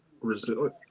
resilient